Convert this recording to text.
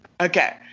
Okay